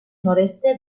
noreste